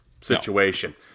Situation